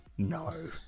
no